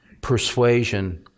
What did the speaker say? persuasion